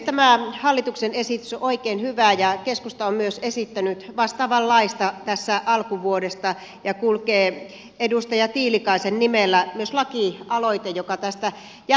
tämä hallituksen esitys on oikein hyvä ja keskusta on myös esittänyt vastaavanlaista tässä alkuvuodesta ja kulkee edustaja tiilikaisen nimellä myös lakialoite joka tästä jätettiin